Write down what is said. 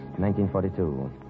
1942